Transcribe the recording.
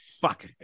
Fuck